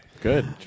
good